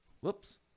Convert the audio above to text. Whoops